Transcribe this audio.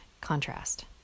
contrast